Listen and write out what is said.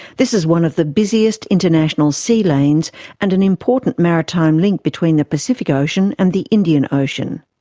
this is one of the busiest international sea-lanes and an important maritime link between the pacific ocean and the indian ocean.